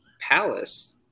Palace